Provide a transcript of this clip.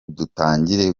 dutangire